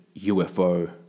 ufo